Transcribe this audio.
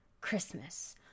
Christmas